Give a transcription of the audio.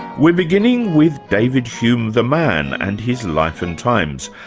we're beginning with david hume the man and his life and times.